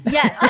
Yes